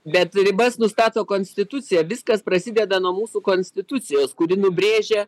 bet ribas nustato konstitucija viskas prasideda nuo mūsų konstitucijos kuri nubrėžia